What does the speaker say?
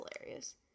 hilarious